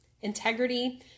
integrity